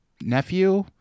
nephew